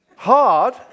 Hard